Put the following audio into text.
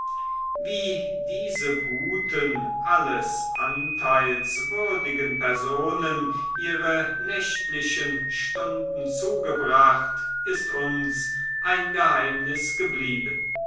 wie diese guten alles anteils würdigen personen ihre nächtlichen stunden zugebracht ist uns ein geheimnis geblieben